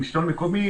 עם השלטון המקומי,